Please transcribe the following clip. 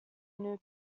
new